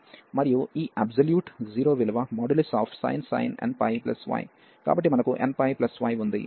మరియు ఈ అబ్సొల్యూట్ 0 విలువ |sin nπy | కాబట్టి మనకు nπ y ఉంది